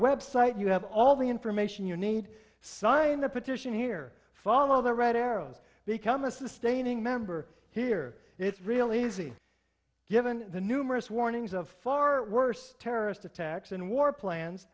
website you have all the information you need sign the petition here follow the red arrows become a sustaining member here it's real easy given the numerous warnings of far worse terrorist attacks and war plans